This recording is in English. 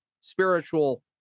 spiritual